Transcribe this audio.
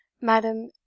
madam